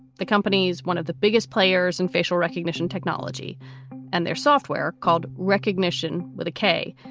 the companies, one of the biggest players in facial recognition technology and their software called recognition with a k,